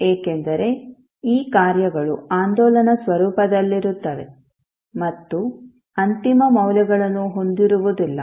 ಏಕೆಂದರೆ ಈ ಕಾರ್ಯಗಳು ಆಂದೋಲನ ಸ್ವರೂಪದಲ್ಲಿರುತ್ತವೆ ಮತ್ತು ಅಂತಿಮ ಮೌಲ್ಯಗಳನ್ನು ಹೊಂದಿರುವುದಿಲ್ಲ